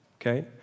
Okay